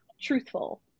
truthful